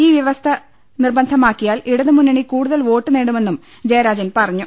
ഈ വ്യവസ്ഥ നിർബന്ധമാക്കിയാൽ ഇട തുമുന്നണി കൂടുതൽ വോട്ട് നേടുമെന്നും ജയരാജൻ പറഞ്ഞു